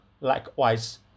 likewise